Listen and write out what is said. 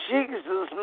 Jesus